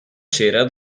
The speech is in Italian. sera